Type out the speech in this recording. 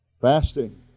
fasting